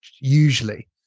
usually